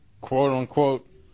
quote-unquote